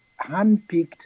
handpicked